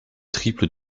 triple